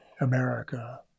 America